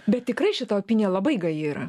bet tikrai šita opinija labai gaji yra